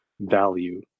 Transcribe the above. value